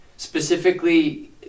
Specifically